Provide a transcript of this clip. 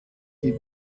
wie